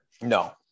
No